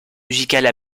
musicales